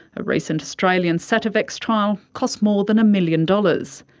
a recent australian sativex trial cost more than a million dollars.